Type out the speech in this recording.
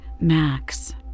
Max